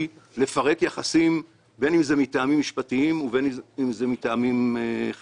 לפרק יחסים מטעמים משפטיים או חברתיים.